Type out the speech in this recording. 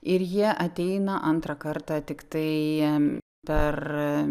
ir jie ateina antrą kartą tiktai per